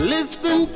Listen